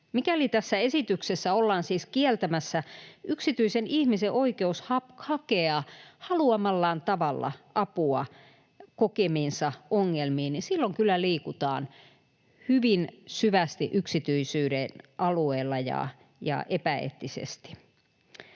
Mikäli tässä esityksessä ollaan siis kieltämässä yksityisen ihmisen oikeus hakea haluamallaan tavalla apua kokemiinsa ongelmiin, niin silloin kyllä liikutaan hyvin syvästi ja epäeettisesti